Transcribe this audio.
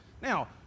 Now